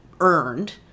earned